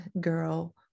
girl